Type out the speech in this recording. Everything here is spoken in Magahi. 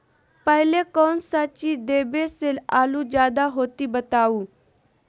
पहले कौन सा चीज देबे से आलू ज्यादा होती बताऊं?